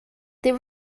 there